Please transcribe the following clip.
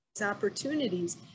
opportunities